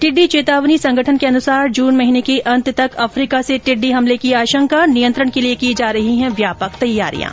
टिड़डी चेतावनी संगठन के अनुसार जून महीने के अंत तक अफ्रीका से टिड्डी हमले की आशंका नियंत्रण के लिए की जा रही हैं व्यापक तैयारियां